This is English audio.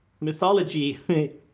mythology